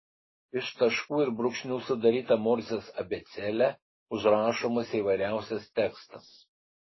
iš taškų ir brūkšnių sudaryta morzės abėcėle užrašomas įvairiausias tekstas